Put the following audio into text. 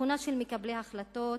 תכונה של מקבלי החלטות,